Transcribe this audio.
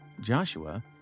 Joshua